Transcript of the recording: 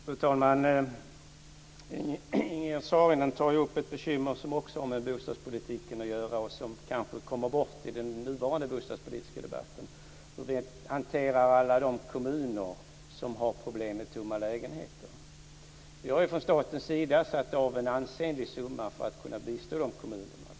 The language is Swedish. Fru talman! Ingegerd Saarinen tar upp ett bekymmer som också har med bostadspolitiken att göra, och som kanske kommer bort i den nuvarande bostadspolitiska debatten. Det handlar om hur man hanterar alla de kommuner som har problem med tomma lägenheter. Vi har från statens sida satt av en ansenlig summa för att kunna bistå de kommunerna.